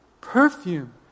perfume